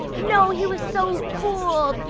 no, he was so cool.